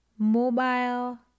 Mobile